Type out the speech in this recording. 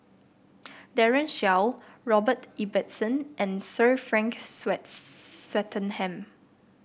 Daren Shiau Robert Ibbetson and Sir Frank Swettenham